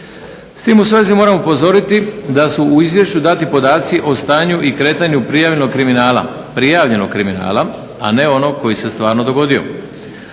S tim u svezi moram upozoriti da su u Izvješću dati podaci o stanju i kretanju prijavljenog kriminala, a ne onog koji se stvarno dogodio.